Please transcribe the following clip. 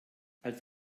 als